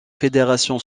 fédération